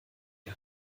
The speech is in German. wir